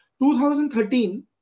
2013